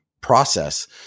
Process